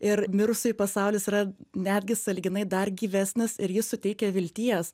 ir mirusiųjų pasaulis yra netgi sąlyginai dar gyvesnis ir jis suteikia vilties